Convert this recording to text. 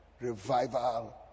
revival